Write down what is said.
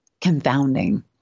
confounding